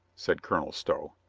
said colonel stow.